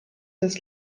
des